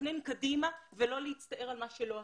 לתכנן קדימה ולא להצטער על מה שלא עשינו,